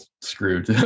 screwed